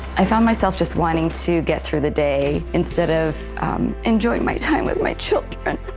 i found myself just wanting to get through the day instead of enjoying my time with my children.